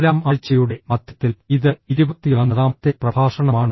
നാലാം ആഴ്ചയുടെ മധ്യത്തിൽ ഇത് 21 ാമത്തെ പ്രഭാഷണമാണ്